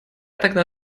тогда